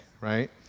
right